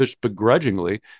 begrudgingly